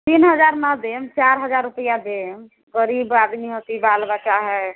तीन हजार ना देब चारि हजार रुपैआ देब गरीब आदमी होती बाल बच्चा है